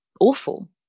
awful